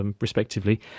respectively